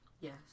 Yes